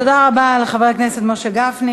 תודה רבה לחבר הכנסת משה גפני.